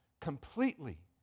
Completely